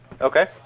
Okay